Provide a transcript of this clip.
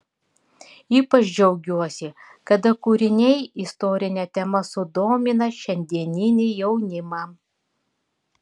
ypač džiaugiuosi kada kūriniai istorine tema sudomina šiandieninį jaunimą